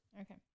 Okay